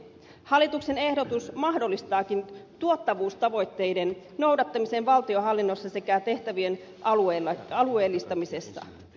hallituksen ehdotus mahdollistaakin tuottavuustavoitteiden noudattamisen valtionhallinnossa sekä tehtävien alueellistamisessa